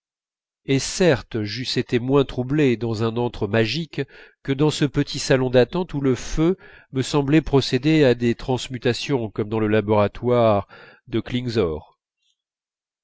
et certes j'eusse été moins troublé dans un antre magique que dans ce petit salon d'attente où le feu me semblait procéder à des transmutations comme dans le laboratoire de